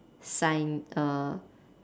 sign err